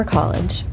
College